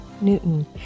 Newton